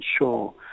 ensure